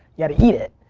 yeah to eat it